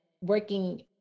working